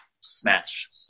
smash